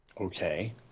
Okay